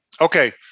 Okay